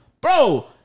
Bro